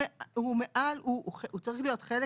הוא מעל, הוא צריך להיות חלק